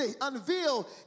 unveil